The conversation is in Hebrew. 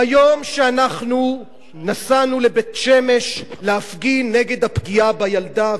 ביום שאנחנו נסענו לבית-שמש להפגין נגד הפגיעה בילדה,